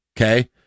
okay